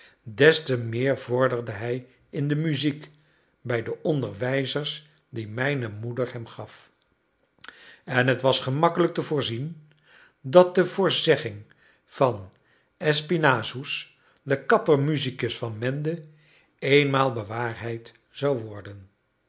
des te meer vorderde hij in de muziek bij de onderwijzers die mijne moeder hem gaf en het was gemakkelijk te voorzien dat de voorzegging van espinassous den kapper musicus van mende eenmaal bewaarheid zou worden